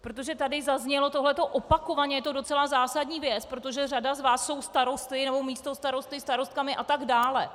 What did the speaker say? Protože tady zaznělo tohle opakovaně, a je to docela zásadní věc, protože řada z vás jsou starosty nebo místostarosty a tak dále.